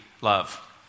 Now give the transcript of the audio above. love